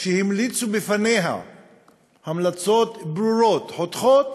שהמליצו בפניה המלצות ברורות, חותכות,